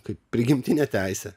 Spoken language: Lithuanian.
kaip prigimtinė teisė